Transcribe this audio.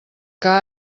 que